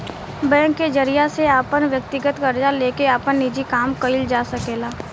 bank के जरिया से अपन व्यकतीगत कर्जा लेके आपन निजी काम कइल जा सकेला